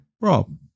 Rob